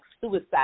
suicide